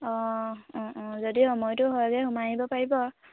অঁ অঁ অঁ যদি সময়টো হয়গৈ সোমাই আহিব পাৰিব আৰু